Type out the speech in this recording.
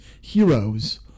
heroes